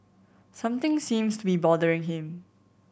something seems to be bothering him